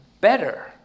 better